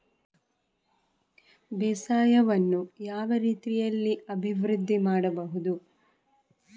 ಬೇಸಾಯವನ್ನು ಯಾವ ರೀತಿಯಲ್ಲಿ ಅಭಿವೃದ್ಧಿ ಮಾಡಬಹುದು?